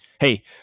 hey